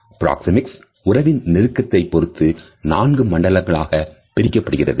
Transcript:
proxemics உறவின் நெருக்கத்தைப் பொருத்து நான்கு மண்டலங்களாக பிரிக்கப்படுகிறது